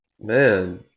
Man